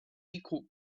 unequal